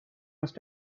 must